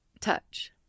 Touch